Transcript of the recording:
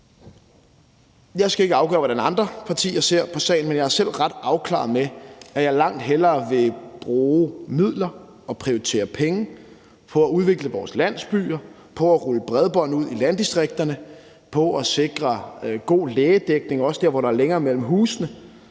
Jeg skal ikke afgøre, hvordan andre partier ser på sagen, men jeg er selv ret afklaret med, at jeg langt hellere vil bruge midler og prioritere at bruge penge på at udvikle vores landsbyer, på at rulle bredbånd ud i landdistrikterne og på at sikre god lægedækning, også der, hvor der er længere mellem husene,